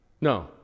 No